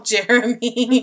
Jeremy